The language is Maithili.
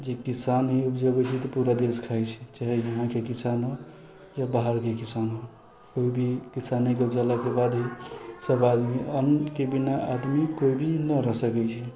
जे किसान उपजैबे छै तऽ पूरा देश खाइ छै चाहे यहाँके किसान हो या बाहरके किसान हो कोइ भी किसानके उपजेलाके बाद हि सभ आदमी अन्नके बिना आदमी कोइ भी न रहै सकै छै